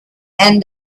and